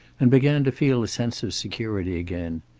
and began to feel a sense of security again.